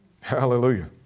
Hallelujah